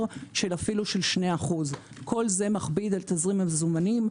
של אפילו 2%. כל זה מכביד על תזרים מזומנים.